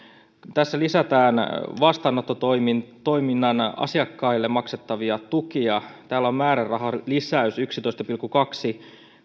tässä lisätään vastaanottotoiminnan asiakkaille maksettavia tukia täällä on määrärahalisäys yksitoista pilkku kaksi